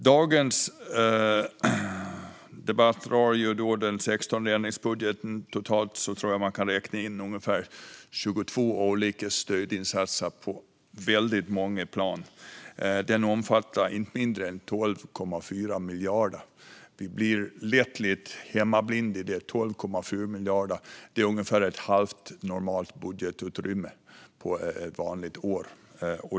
Denna debatt rör den 16:e ändringsbudgeten. Totalt tror jag att man kan räkna in ungefär 22 olika stödinsatser på väldigt många plan. Budgeten omfattar inte mindre än 12,4 miljarder. Det är lätt att bli lite hemmablind. Men 12,4 miljarder är ungefär ett halvt normalt budgetutrymme ett vanligt år.